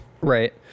Right